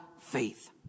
faith